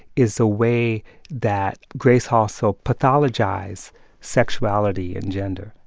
is the way that grace halsell pathologized sexuality and gender,